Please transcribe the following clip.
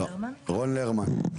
רון לרמן?